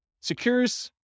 secures